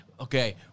okay